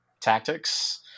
tactics